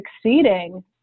succeeding